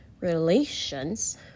relations